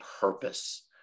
purpose